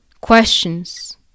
questions